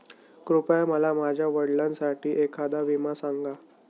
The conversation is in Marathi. कृपया मला माझ्या वडिलांसाठी एखादा विमा सांगा